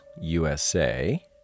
USA